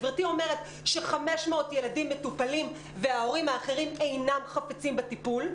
גברתי אומרת ש-500 ילדים מטופלים וההורים האחרים אינם חפצים בטיפול,